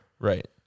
Right